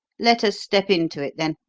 let us step into it, then,